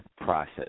process